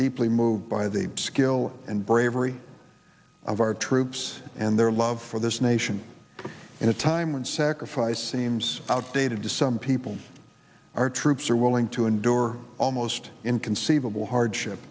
deeply moved by the skill and bravery of our troops and their love for this nation in a time when sacrifice seems outdated to some people our troops are willing to endure almost inconceivable hardship